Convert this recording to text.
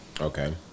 Okay